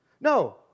No